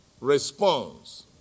response